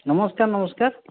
ନମସ୍କାର ନମସ୍କାର